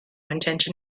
intention